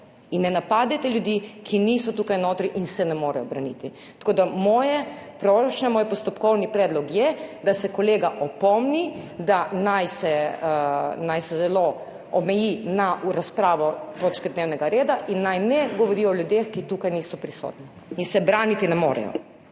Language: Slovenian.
napadajte ljudi, ki niso tukaj notri in se ne morejo braniti. Tako da moje prošnje, moj postopkovni predlog je, da se kolega opomni, da naj se naj se zelo omeji na razpravo točke dnevnega reda in naj ne govori o ljudeh, ki tukaj niso prisotni in se braniti ne morejo.